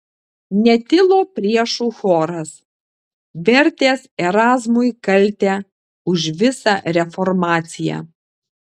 netilo priešų choras vertęs erazmui kaltę už visą reformaciją